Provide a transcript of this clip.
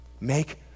make